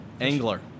angler